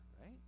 right